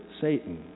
Satan